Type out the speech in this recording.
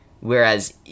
Whereas